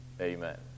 amen